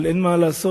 אבל אין מה לעשות,